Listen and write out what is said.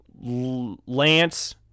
Lance